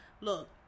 look